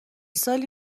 سالی